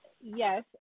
yes